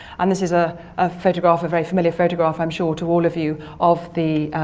and this is ah a photograph, a very familiar photograph i'm sure to all of you, of the.